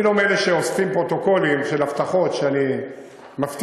אני לא מאלה שאוספים פרוטוקולים של הבטחות שאני מבטיח.